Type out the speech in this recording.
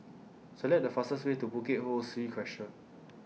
Select The fastest Way to Bukit Ho Swee Crescent